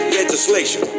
legislation